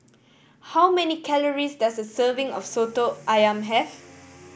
how many calories does a serving of Soto Ayam have